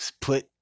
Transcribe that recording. put